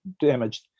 damaged